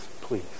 Please